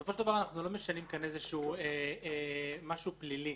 בסופו של דבר אנחנו לא משנים כאן משהו פלילי,